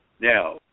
Now